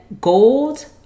gold